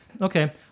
Okay